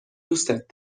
دوستت